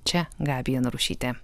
čia gabija narušytė